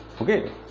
okay